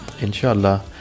inshallah